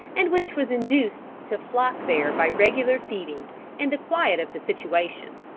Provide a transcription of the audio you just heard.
and which was induced to flock there by regular feeding and the quiet of the situation.